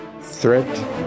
threat